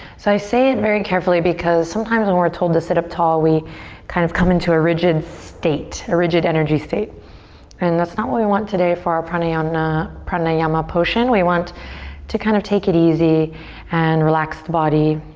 so i say it very carefully because sometimes when we're told to sit up tall we kind of come into a rigid state, a rigid energy state and that's not what we want today for our pranayama potion. we want to kind of take it easy and relax the body,